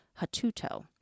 Hatuto